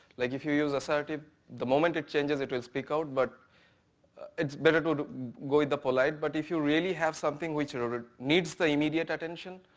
like if you use assertive the moment it changes it will speak out. but it's better to go with the polite. but if you really have something which you know needs the immediately attention,